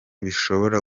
bishobora